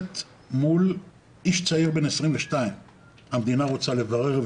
מול איש צעיר בן 22. המדינה רוצה לברר,